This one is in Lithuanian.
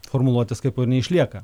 formuluotės kaip ir neišlieka